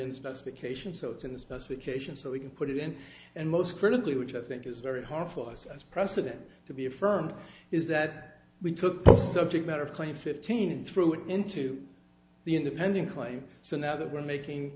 and specifications so it's in the specification so we can put it in and most critically which i think is very hard for us as precedent to be affirmed is that we took the subject matter of claim fifteen and threw it into the in the pending claim so now that we're making